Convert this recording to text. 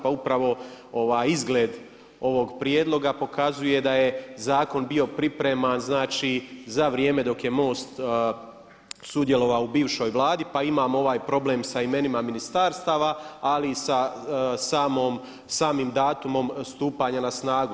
Pa upravo izgled ovog prijedloga pokazuje da je zakon bio pripreman znači za vrijeme dok je MOST sudjelovao u bivšoj Vladi, pa imamo ovaj problem sa imenima ministarstava ali i sa samim datumom stupanja na snagu.